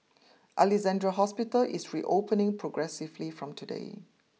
Alexandra Hospital is reopening progressively from today